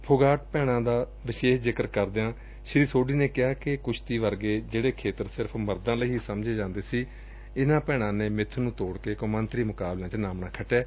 ਫੋਟਾਗ ਭੈਣਾਂ ਦਾ ਵਿਸ਼ੇਸ਼ ਜ਼ਿਕਰ ਕਰਦਿਆਂ ਸ੍ਰੀ ਸੋਢੀ ਨੇ ਕਿਹਾ ਕਿ ਕੁਸ਼ਤੀ ਵਰਗੇ ਜਿਹੜੇ ਖੇਤਰ ਸਿਰਫ਼ ਮਰਦਾਂ ਲਈ ਹੀ ਸਮਝੇ ਜਾਂਦੇ ਸੀ ਇਨਾਂ ਭੈਣਾਂ ਨੇ ਮਿੱਥ ਨੂੰ ਤੋੜ ਕੇ ਕੌਮਾਂਤਰੀ ਮੁਕਾਬਲਿਆਂ ਚ ਨਾਮਣਾ ਖਟਿਆ